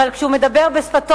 אבל כשהוא מדבר בשפתו,